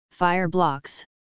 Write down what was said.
Fireblocks